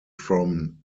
from